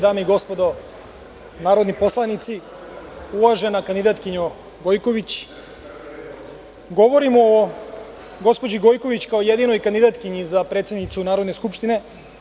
Dame i gospodo narodni poslanici, uvažena kandidatkinjo Gojković, govorim o gospođi Gojković kao jedinoj kandidatkinji za predsednicu Narodne skupštine.